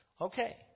Okay